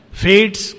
fate's